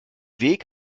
weg